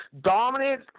dominant